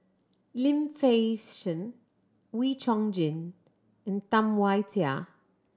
Lim Fei Shen Wee Chong Jin and Tam Wai Jia